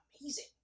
amazing